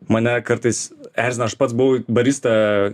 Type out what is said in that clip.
mane kartais erzina aš pats buvau barista